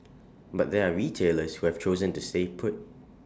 but there are retailers who have chosen to stay put